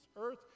earth